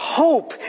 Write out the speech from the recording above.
hope